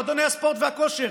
מועדוני הספורט והכושר,